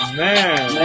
man